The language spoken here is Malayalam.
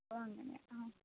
ഓ അങ്ങനെ ആ